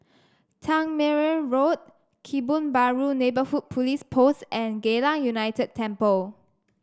Tangmere Road Kebun Baru Neighbourhood Police Post and Geylang United Temple